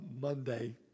Monday